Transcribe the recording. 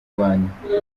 rwanda